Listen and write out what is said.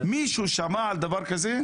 מישהו שמע על דבר כזה?